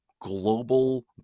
global